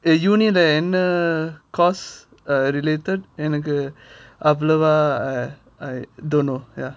eh uni என்ன:enna course related எனக்கு அவ்ளோவா:enaku avlova I I don't know ya